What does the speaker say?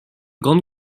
grande